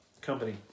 company